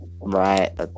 Right